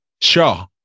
sure